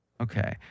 Okay